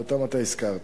ואותם אתה הזכרת.